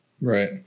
right